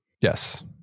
Yes